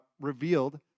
revealed